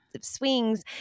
swings